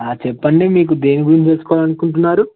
చెప్పండి మీకు దేని గురించి తెలుసుకోవాలి అనుకుంటున్నారు